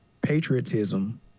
patriotism